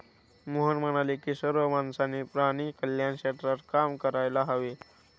मोहन म्हणाले की सर्व माणसांनी प्राणी कल्याण क्षेत्रात काम करायला हवे